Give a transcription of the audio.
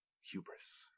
Hubris